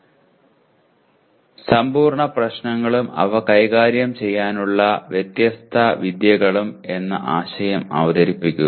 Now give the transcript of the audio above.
NP സമ്പൂർണ്ണ പ്രശ്നങ്ങളും അവ കൈകാര്യം ചെയ്യാനുള്ള വ്യത്യസ്ത വിദ്യകളും എന്ന ആശയം അവതരിപ്പിക്കുക